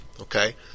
okay